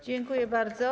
Dziękuję bardzo.